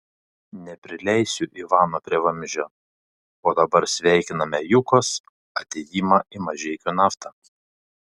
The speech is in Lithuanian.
neprileisiu ivano prie vamzdžio o dabar sveikinate jukos atėjimą į mažeikių naftą